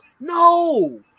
No